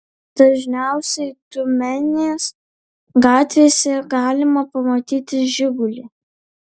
dažniausiai tiumenės gatvėse galima pamatyti žigulį